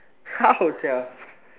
how sia